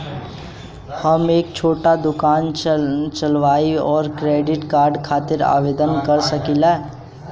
हम एक छोटा दुकान चलवइले और क्रेडिट कार्ड खातिर आवेदन कर सकिले?